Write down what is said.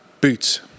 boots